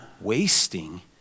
wasting